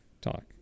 talk